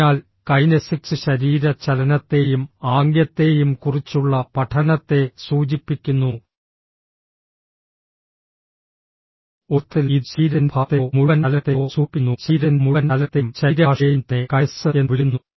അതിനാൽ കൈനെസിക്സ് ശരീര ചലനത്തെയും ആംഗ്യത്തെയും കുറിച്ചുള്ള പഠനത്തെ സൂചിപ്പിക്കുന്നു ഒരർത്ഥത്തിൽ ഇത് ശരീരത്തിന്റെ ഭാഗത്തെയോ മുഴുവൻ ചലനത്തെയോ സൂചിപ്പിക്കുന്നു ശരീരത്തിന്റെ മുഴുവൻ ചലനത്തെയും ശരീരഭാഷയെയും തന്നെ കൈനെസിക്സ് എന്ന് വിളിക്കുന്നു